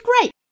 great